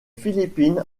philippines